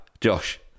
Josh